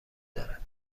دارد